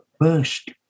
first